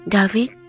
David